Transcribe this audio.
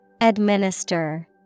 Administer